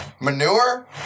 Manure